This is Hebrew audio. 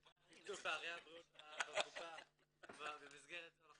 בקופה, ובמסגרת זו אנחנו